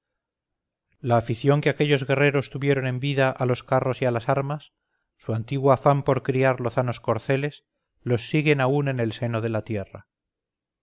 la afición que aquellos guerreros tuvieron en vida a los carros y las armas su antiguo afán por criar lozanos corceles los siguen aún en el seno de la tierra